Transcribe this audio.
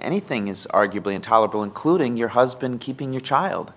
anything is arguably intolerable including your husband keeping your child